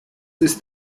ist